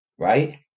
right